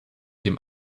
dem